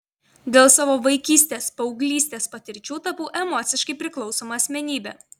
dėl savo vaikystės paauglystės patirčių tapau emociškai priklausoma asmenybe